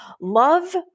Love